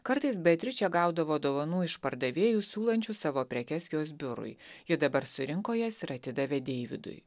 kartais beatričė gaudavo dovanų iš pardavėjų siūlančių savo prekes jos biurui ji dabar surinko jas ir atidavė deividui